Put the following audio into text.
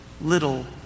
Little